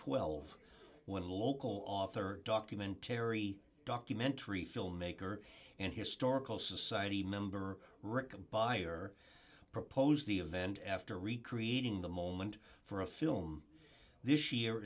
twelve when local author document terry documentary filmmaker and historical society member rick buyer proposed the event after recreating the moment for a film this year